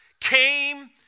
came